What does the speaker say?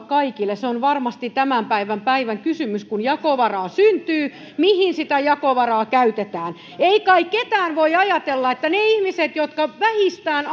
kaikille on varmasti tämän päivän päivän kysymys kun jakovaraa syntyy mihin sitä jakovaraa käytetään ei kai kukaan voi ajatella että niille ihmisille jotka vähistään